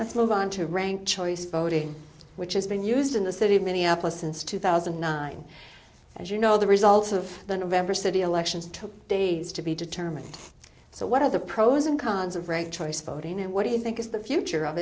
move on to rank choice voting which has been used in the city of minneapolis since two thousand and nine as you know the results of the november city elections took days to be determined so what are the pros and cons of rape choice voting and what do you think is the future of